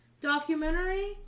Documentary